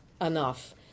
Enough